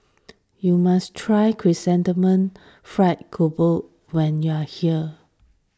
you must try Chrysanthemum Fried Grouper when you are here